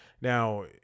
Now